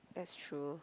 that's true